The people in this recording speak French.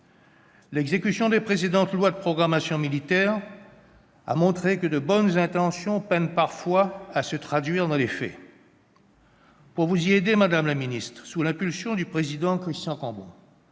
L'exécution des précédentes lois de programmation militaire a montré que de bonnes intentions peinent parfois à se traduire dans les faits. Pour vous aider à réussir une telle traduction, madame la ministre, sous l'impulsion du président Christian Cambon,